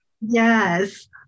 Yes